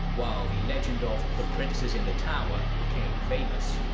while the legend of the princes in the tower became famous.